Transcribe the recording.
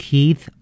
Keith